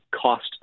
cost